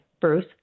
Bruce